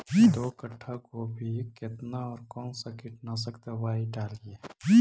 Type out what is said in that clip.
दो कट्ठा गोभी केतना और कौन सा कीटनाशक दवाई डालिए?